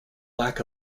lack